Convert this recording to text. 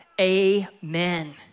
Amen